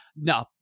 no